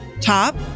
Top